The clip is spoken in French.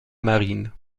marine